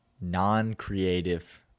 non-creative